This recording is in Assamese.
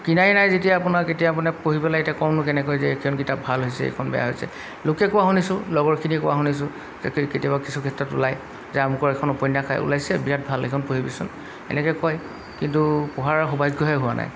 কিনাই নাই যেতিয়া আপোনাৰ কেতিয়া মানে পঢ়ি পেলাই এতিয়া কওঁ নো কেনেকৈ যে এইখন কিতাপ ভাল হৈছে এইখন বেয়া হৈছে লোকে কোৱা শুনিছোঁ লগৰখিনিয়ে কোৱা শুনিছোঁ যে কেতিয়াবা কিছু ক্ষেত্ৰত ওলায় যে আমুকৰ এখন উপন্যাস ওলাইছে বিৰাট ভাল এইখন পঢ়িবিচোন এনেকৈ কয় কিন্তু পঢ়াৰ সৌভাগ্যহে হোৱা নাই